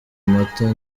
amata